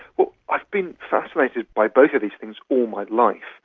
well, i've been fascinated by both of these things all my life,